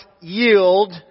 yield